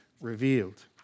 revealed